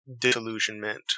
disillusionment